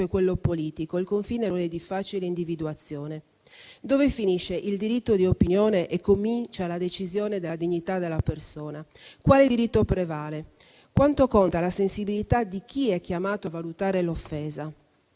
è quello politico, il confine non è di facile individuazione. Dove finisce il diritto di opinione e comincia la derisione della dignità della persona? Quale diritto prevale? Quanto conta la sensibilità di chi è chiamato a valutare l'offesa?